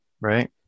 right